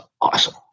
awesome